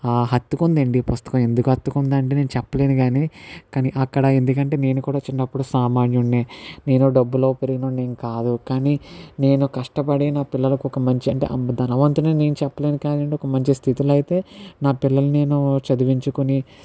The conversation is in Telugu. హత్తుకుంది అండి ఈ పుస్తకం ఎందుకు హత్తుకుంది అంటే నేను చెప్పలేను కానీ అక్కడ ఎందుకంటే నేను కూడా చిన్నప్పుడు సామాన్యుడినే నేను డబ్బులో పెరిగిన వాడిని ఏం కాదు కానీ నేను కష్టపడి నా పిల్లలకు ఒక మంచి అంటే ధనవంతుని నేను చెప్పలేను కానీయండి ఒక మంచి స్థితిలో అయితే నా పిల్లలని నేను చదివించుకుని